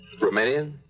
Romanian